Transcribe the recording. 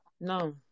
No